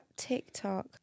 TikTok